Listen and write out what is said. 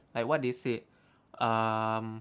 like what they said um